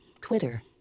twitter